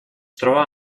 troba